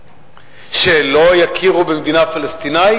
שלא יכירו במדינה פלסטינית?